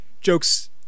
jokes